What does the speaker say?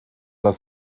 das